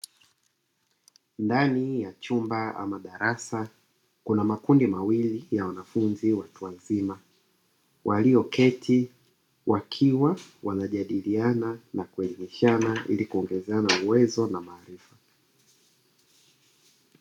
Ndani ya chumba ama darasa, kuna makundi mawili ya wanafunzi watu wazima. Walioketi wakiwa wanajadiliana na kuelimishana, ili kuongezeana uwezo na maarifa.